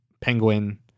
Penguin